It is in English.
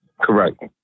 Correct